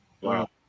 Wow